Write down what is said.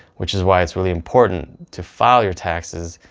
which is why it's really important to file your taxes.